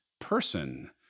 person